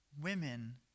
women